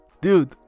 Dude